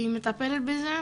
היא מטפלת בזה.